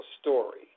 story